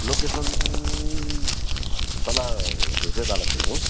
location तल धोत्रे बालासन हो